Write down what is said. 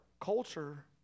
culture